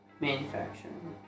...manufacturing